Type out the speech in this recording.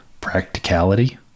practicality